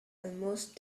almost